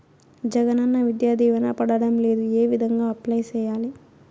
జగనన్న విద్యా దీవెన పడడం లేదు ఏ విధంగా అప్లై సేయాలి